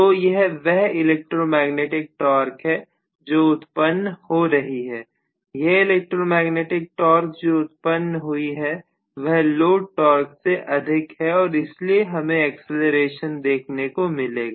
तो यह वह इलेक्ट्रोमैग्नेटिक टॉर्क है जो उत्पन्न हो रही है यह इलेक्ट्रोमैग्नेटिक टॉर्क जो उत्पन्न हुई है वह लोड टॉर्क से अधिक है और इसलिए हमें एक्सीलरेशन देखने को मिलेगा